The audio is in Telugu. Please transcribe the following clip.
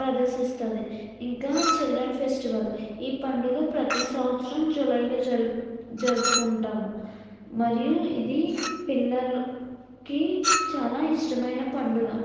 ప్రదర్శిస్తుంది ఇంకా చిల్డ్రన్ ఫెస్టివల్ ఈ పండుగ ప్రతి సంవత్సరం జూలైలో జరుపు జరుపుకుంటాము మరియు ఇది పిల్లలకి చాలా ఇష్టమైన పండుగ